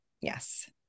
yes